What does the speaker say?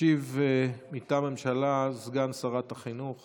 ישיב מטעם הממשלה סגן שרת החינוך